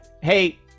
Hey